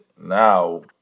now